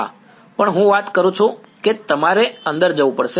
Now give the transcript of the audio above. વિદ્યાર્થી પણ હું વાત કરું છું કે તમારે અંદર જવું પડશે